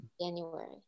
January